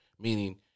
meaning